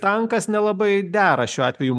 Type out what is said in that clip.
tankas nelabai dera šiuo atveju